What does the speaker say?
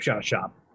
Shop